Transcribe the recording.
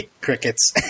crickets